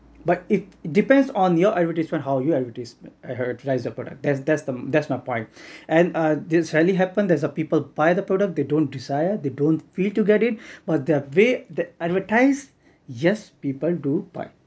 but it depends on your advertisement how you advertise I heard rise your product that's that's my point and ah this rarely happens there's uh people buy the product they don't desire they don't need to get it but they way advertise yes people do buy